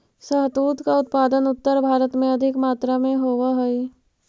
शहतूत का उत्पादन उत्तर भारत में अधिक मात्रा में होवअ हई